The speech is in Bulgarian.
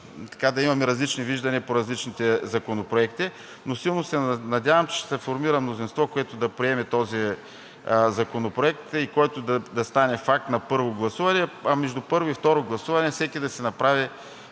и да имаме различни виждания по различните законопроекти. Силно се надявам, че ще се формира мнозинство, което да приеме този законопроект и да стане факт на първо гласуване, а между първо и второ гласуване всеки да си направи